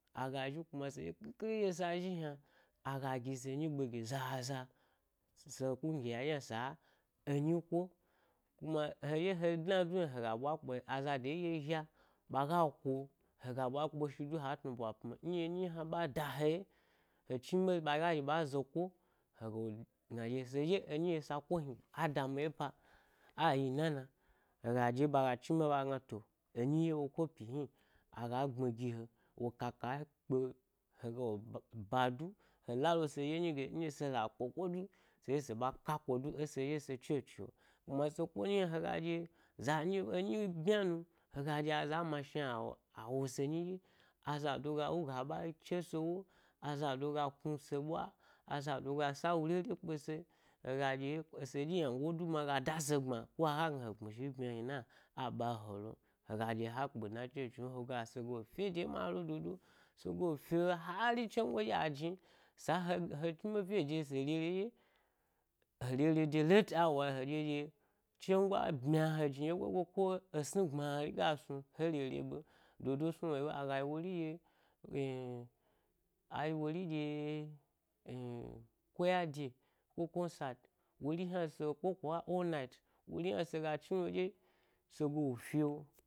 Zhi kuma seɗye khikhiri nɗye sa zhi hna aga gi se’ nyi gbe gi zaza-se kungiya ɗye yna sa-enyi ko. Kuma heɗye he dna du yna hega ɓwa kpe azade ɗye zha ɓaga ko hega ɓwa kpeshi du ha tnu bwa pmi nɗye enyi ɗye hna ɓe a da he ye he dmiɓe ɓaga zhiɓa zo ko hega gna ɗye he ɗye enyi nɗye sa ko hni a dami ye pa a yiyi nana? Hega ɗye ɓaga dmi ɓe ɓagna to enyi ɗye wo kopi hni aga gbmi gi he, wo kaka kpe hega lob aba du he lalo se ɗye nyi ge nɗye sela kpe ko du se zhi se b aka ko du ese ɗye za nɗye enyi ɓmyanu hega ɗye, azado ga wuga aɓa chese ewo, azado ga knu se ɓwa azado ga sawu rere kpese, hega ɗye se ɗye ynango du ma ga da se gbma ko aga gna he gbmi zhi e ɓmyi o, ina a ɓahe he lo m, hega ɗye ha kpe dna e chochi’ o hega sega fede ɗye ma hega lo dodo sega le gyo-hari tsongo ɗye ajni, sa he he chnilo gye de se re’ re ɗye he re’re de lati awa he ɗye ɗye tsongo a ɓmya he jni ɗyego, dyegoi ko esni gbmari gas nu he re’re be m do do snu wo yilo aga yi wori ɗye ayi wori ɗye koyaday ko konsad wori hna se kokuwa all night wori hna sega chnilo ɗye segalo fyo.